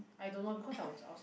I don't know because I was outside